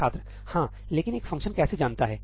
छात्र हाँ लेकिन एक फ़ंक्शन कैसे जानता है